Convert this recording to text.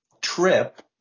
trip